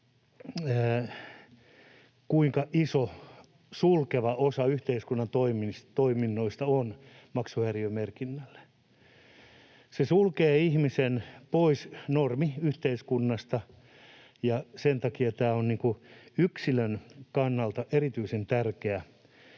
kuinka iso sulkeva osa yhteiskunnan toiminnoista on maksuhäiriömerkinnällä. Se sulkee ihmisen pois normiyhteiskunnasta, ja sen takia tämä on yksilön kannalta erityisen tärkeä